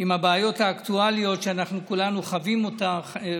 עם הבעיות האקטואליות שאנחנו כולנו חווים אותן.